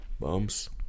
Bums